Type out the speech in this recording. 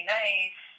nice